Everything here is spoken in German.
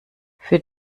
für